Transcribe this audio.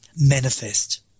manifest